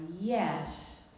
yes